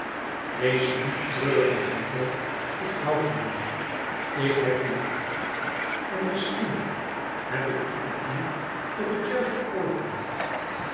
wees niet treurig duco ik hoû van je ik heb je lief en misschien heb ik je ontmoet op het juiste oogenblik